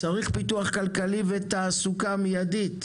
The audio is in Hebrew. צריך פיתוח כלכלי ותעסוקה מיידית,